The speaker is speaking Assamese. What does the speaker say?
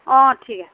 অঁ ঠিক আছে